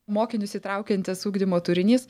mokinius įtraukiantis ugdymo turinys